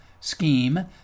scheme